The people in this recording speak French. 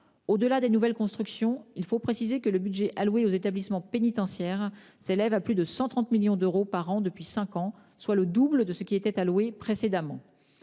Au-delà des nouvelles constructions, le budget alloué aux établissements pénitentiaires s'élève à plus de 130 millions d'euros par an depuis cinq ans, soit le double de ce qui leur était alloué précédemment.